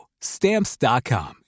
Stamps.com